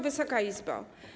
Wysoka Izbo!